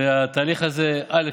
התהליך הזה: א.